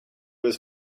was